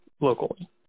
locally